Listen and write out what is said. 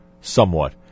somewhat